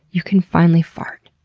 you can finally fart.